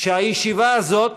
שהישיבה הזאת